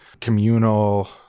communal